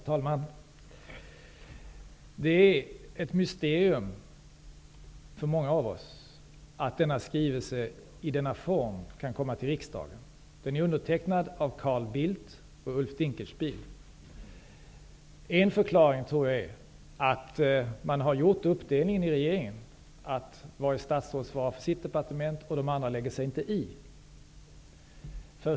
Herr talman! Det är ett mysterium för många av oss att denna skrivelse i denna form kan komma till riksdagen. Den är undertecknad av Carl Bildt och Ulf Dinkelspiel. Jag tror att en förklaring är att man har gjort den uppdelningen i regeringen att varje statsråd svarar för sitt departement och de andra lägger sig inte i.